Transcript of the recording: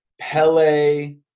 pele